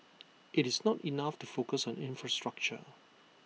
it's not enough to focus on infrastructure